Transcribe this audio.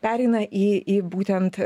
pereina į į būtent